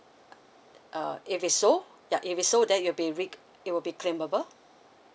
uh if it's so ya if it's so then it'll be re~ it'll be claimable